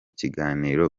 kiganiro